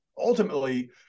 ultimately